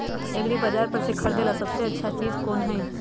एग्रिबाजार पर से खरीदे ला सबसे अच्छा चीज कोन हई?